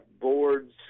boards